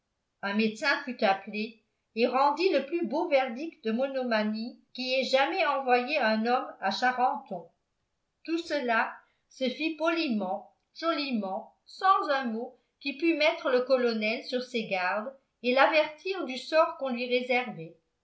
un médecin fut appelé et rendit le plus beau verdict de monomanie qui ait jamais envoyé un homme à charenton tout cela se fit poliment joliment sans un mot qui pût mettre le colonel sur ses gardes et l'avertir du sort qu'on lui réservait